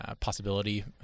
possibility